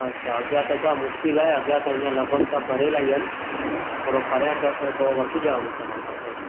अछा अॻियां त छा मुश्किल आहे अॻियां त हींअर लॻभॻि सभु भरियलु ई आहिनि थोरो परियां चओ त पोइ वठी ॾियांव न त मां तव्हांखे